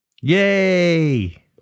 Yay